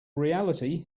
reality